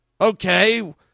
Okay